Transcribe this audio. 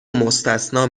مستثنی